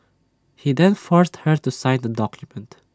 he then forced her to sign the document